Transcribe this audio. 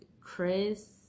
chris